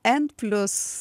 n plius